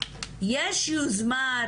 יש יוזמה,